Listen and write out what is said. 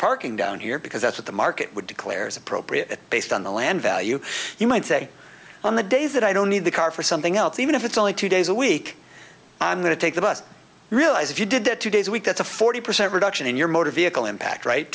parking down here because that's what the market would declares appropriate based on the land value you might say on the days that i don't need the car for something else even if it's only two days a week i'm going to take the bus realize if you did that two days a week that's a forty percent reduction in your motor vehicle impact right